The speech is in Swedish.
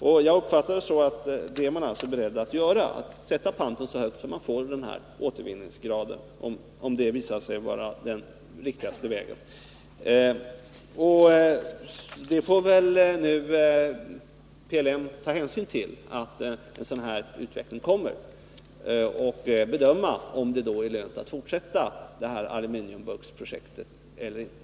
Och jag har uppfattat det så att regeringen är beredd att sätta panten så högt att man når denna återvinningsgrad, om det visar sig vara den mest riktiga vägen. PLM får nu ta hänsyn till att en sådan här utveckling kommer och bedöma om det då är lönt att fortsätta detta aluminumburksprojekt eller inte.